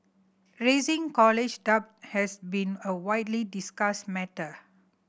rising college debt has been a widely discussed matter